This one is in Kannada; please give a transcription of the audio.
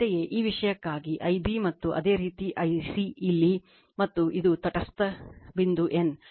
ಅಂತೆಯೇ ಈ ವಿಷಯಕ್ಕಾಗಿ Ib ಮತ್ತು ಅದೇ ರೀತಿ ಇಲ್ಲಿ I c ಮತ್ತು ಇದು ತಟಸ್ಥ ಬಿಂದು N